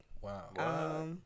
Wow